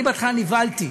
אני בהתחלה נבהלתי,